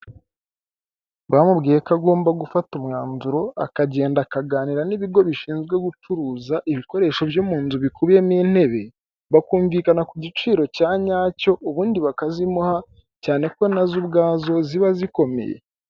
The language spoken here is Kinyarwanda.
Bamubwiye ko agomba gufata umwanzuro akagenda akaganira n'ibigo bishinzwe gucuruza ibikoresho byo mu nzu bikubiyemo intebe, bakumvikana ku giciro cya nyacyo ubundi bakazimuha, cyane ko nazo ubwazo ziba zikomeye.